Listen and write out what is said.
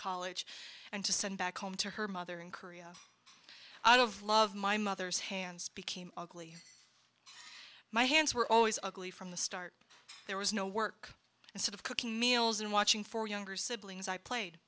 college and to send back home to her mother in korea out of love my mother's hands became ugly my hands were always ugly from the start there was no work and sort of cooking meals and watching for younger siblings i played